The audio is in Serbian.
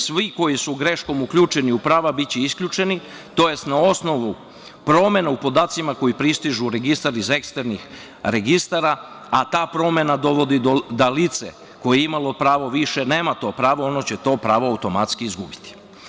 Svi koji su greškom uključeni u prava biće isključeni, tj. na osnovu promena u podacima koji pristižu u Registar iz eksternih registara, a ta promena dovodi da lice koje je imalo pravo više nama to pravo, ono će to pravo automatski izgubiti.